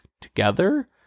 together